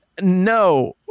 No